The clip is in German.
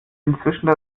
inzwischen